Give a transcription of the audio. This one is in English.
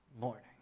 morning